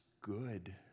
good